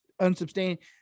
unsubstantiated